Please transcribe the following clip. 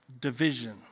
Division